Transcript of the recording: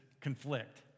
conflict